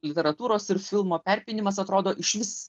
literatūros ir filmo perpynimas atrodo išvis